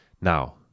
Now